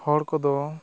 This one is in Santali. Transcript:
ᱦᱚᱲ ᱠᱚᱫᱚ